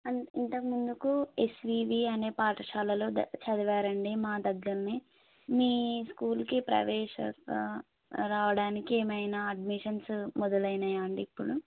అంత్ ఇంతకు ముందుకు ఎస్వివి అనే పాఠశాలలో ద చదివారండి మా దగ్గరనే మీ స్కూల్కి ప్రైవేషసా రావడానికి ఏమైనా అడ్మిషన్స్ మొదలయినాయా అండి ఇప్పుడు